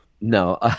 No